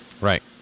Right